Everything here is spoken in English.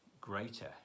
greater